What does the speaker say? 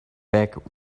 back